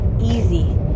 easy